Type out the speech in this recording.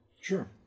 Sure